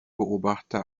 beobachter